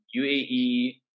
UAE